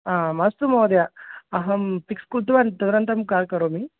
आ अस्तु महोदय अहं फ़िक्स् कृतवान् तदनन्तरं काल् करोमि